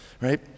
right